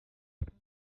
heures